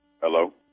Hello